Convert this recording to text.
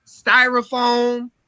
styrofoam